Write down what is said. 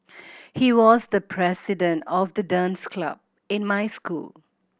he was the president of the dance club in my school